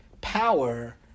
power